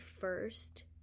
first